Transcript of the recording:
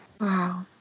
Wow